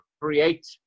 create